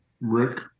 Rick